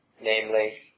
namely